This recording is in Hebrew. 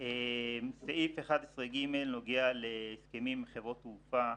--- סעיף 11ג נוגע להסכמים עם חברות תעופה.